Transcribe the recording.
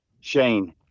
Shane